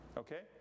okay